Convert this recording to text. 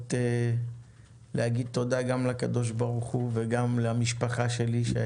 הזדמנות להגיד תודה גם לקדוש ברוך הוא וגם למשפחה שלי כולה,